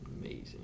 amazing